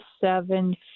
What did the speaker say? seven